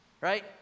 Right